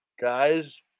Guys